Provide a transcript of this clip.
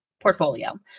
portfolio